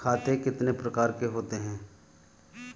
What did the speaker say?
खाते कितने प्रकार के होते हैं?